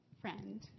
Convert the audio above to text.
friend